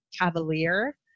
cavalier